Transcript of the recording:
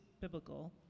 biblical